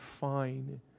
fine